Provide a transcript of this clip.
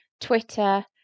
Twitter